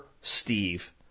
Steve